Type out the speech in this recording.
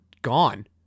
gone